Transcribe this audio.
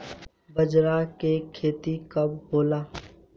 बजरा के खेती कब होला?